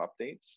updates